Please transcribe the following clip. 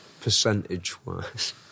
Percentage-wise